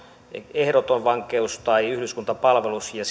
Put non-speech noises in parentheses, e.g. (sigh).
ehdoton vankeus tai yhdyskuntapalvelus ja (unintelligible)